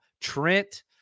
Trent